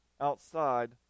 outside